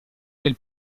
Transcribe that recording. del